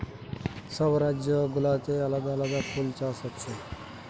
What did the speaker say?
সব রাজ্য গুলাতে আলাদা আলাদা ফুল চাষ হচ্ছে